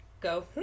go